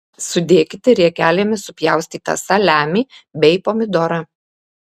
sudėkite riekelėmis supjaustytą saliamį bei pomidorą